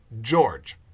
George